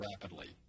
rapidly